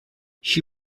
she